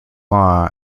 law